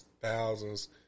thousands